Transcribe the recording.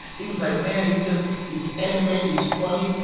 he was like, man, he just he's animated. he's funny.